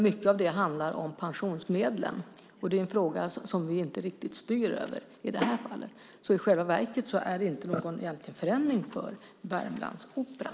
Mycket av det handlar om pensionsmedlen. Det är en fråga som vi inte riktigt styr över i det här fallet. I själva verket är det egentligen inte någon förändring för Värmlandsoperan.